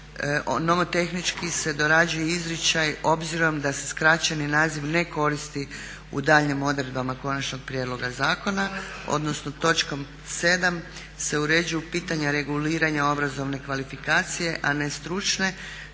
nomotehnički se dorađuje izričaj obzirom da se skraćeni naziv ne koristi u daljnjim odredbama konačnog prijedloga zakona odnosno točkom 7. se uređuju pitanja reguliranja obrazovne kvalifikacije, a ne stručne,